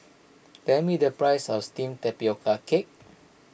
tell me the price of Steamed Tapioca Cake